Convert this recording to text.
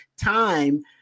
time